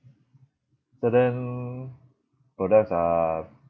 certain products are